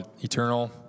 eternal